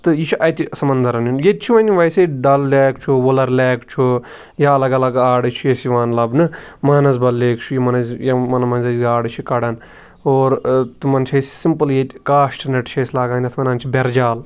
تہٕ یہِ چھُ اَتہِ سَمَنٛدَرَن ہُنٛد ییٚتہِ چھُ وۄنۍ ویسے ڈَل لیک چھُ وُلَر لیک چھُ یا الَگ اَلَگ آرٕ چھِ أسۍ یِوان لَبنہٕ مانَسبَل لیک چھُ یِمَن مَنٛز أسۍ گاڈٕ چھِ کَڈان اور تِمَن چھِ أسۍ سِمپِل ییٚتہِ کاسٹ نیٚٹ چھِ أسۍ لاگان یَتھ وَنان چھِ بیٚرجال